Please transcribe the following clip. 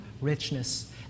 richness